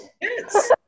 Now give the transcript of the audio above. Yes